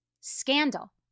scandal